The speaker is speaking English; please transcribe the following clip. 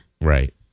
right